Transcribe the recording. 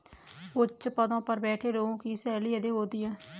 उच्च पदों पर बैठे लोगों की सैलरी अधिक होती है